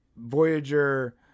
Voyager